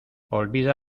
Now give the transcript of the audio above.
olvida